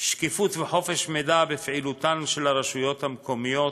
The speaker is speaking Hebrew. שקיפות וחופש מידע בפעילותן של הרשויות המקומיות,